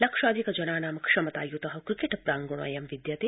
लक्षाधिकजनानां क्षमतायुतः क्रिकेट प्रागणोऽयं विद्यते